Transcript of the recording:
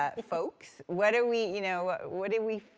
ah folks, what do we, you know, what do we,